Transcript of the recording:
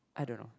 I don't know